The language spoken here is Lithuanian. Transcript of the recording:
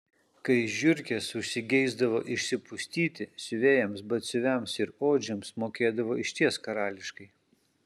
kai žiurkės užsigeisdavo išsipustyti siuvėjams batsiuviams ir odžiams mokėdavo išties karališkai